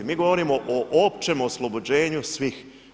Mi govorimo o općem oslobođenju svih.